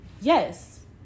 yes